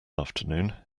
afternoon